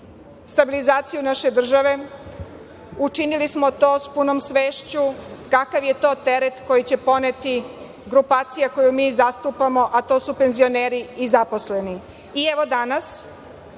stabilizaciju naše države, učinili smo to sa punom svešću kakav je to teret koji će podneti grupacija koju mi zastupamo, a to su penzioneri i zaposleni. Danas